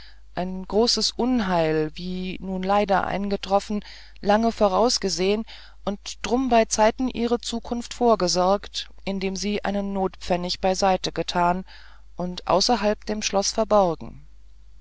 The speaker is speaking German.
ein großes unheil wie nun leider eingetroffen lange vorausgesehn und drum beizeiten ihre zukunft vorgesorgt indem sie einen notpfennig beiseit getan und außerhalb dem schloß verborgen